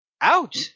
Out